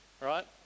right